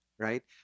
right